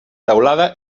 teulada